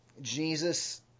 Jesus